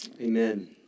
Amen